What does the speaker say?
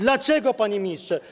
Dlaczego, panie ministrze?